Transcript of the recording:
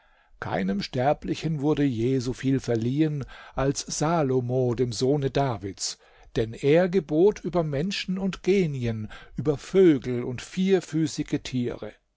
keinem sterblichen wurde je so viel verliehen als salomo dem sohne davids denn er gebot über menschen und genien über vögel und vierfüßige tiere